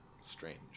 Strange